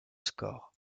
score